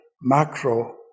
macro